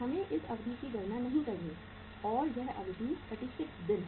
हमें इस अवधि की गणना नहीं करनी है और यह अवधि 36 दिन है